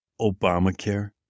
Obamacare